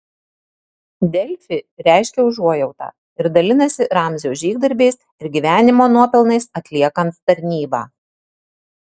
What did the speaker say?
delfi reiškia užuojautą ir dalinasi ramzio žygdarbiais ir gyvenimo nuopelnais atliekant tarnybą